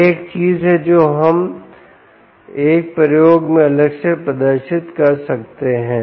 यह एक चीज़ है जो हम एक प्रयोग में अलग से प्रदर्शित कर सकते हैं